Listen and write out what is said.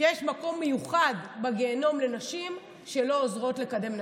שיש מקום מיוחד בגיהינום לנשים שלא עוזרות לקדם נשים?